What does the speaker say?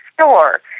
store